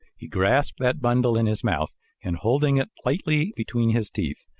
he grasped that bundle in his mouth and, holding it lightly between his teeth,